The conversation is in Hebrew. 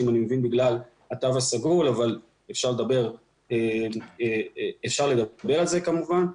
בגלל התו הסגול אבל כמובן אפשר לדבר על זה.